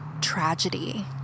tragedy